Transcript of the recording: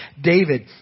david